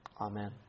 amen